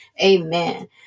Amen